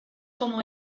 como